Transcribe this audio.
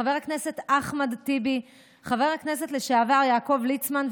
חבר הכנסת אחמד טיבי וחבר הכנסת לשעבר יעקב ליצמן,